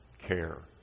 care